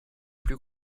plus